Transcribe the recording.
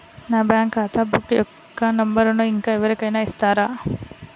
నా బ్యాంక్ ఖాతా బుక్ యొక్క నంబరును ఇంకా ఎవరి కైనా ఇస్తారా?